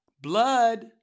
blood